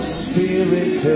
spirit